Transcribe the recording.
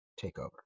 takeover